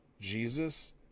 Jesus